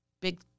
big